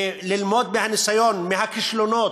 ללמוד מהניסיון ומהכישלונות,